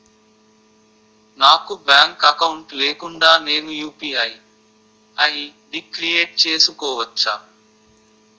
నాకు bank account లేకుండా నేను యు.పి.ఐ ఐ.డి క్రియేట్ చేసుకోవచ్చా?